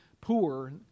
poor